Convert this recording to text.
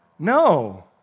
No